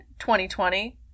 2020